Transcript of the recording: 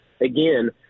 again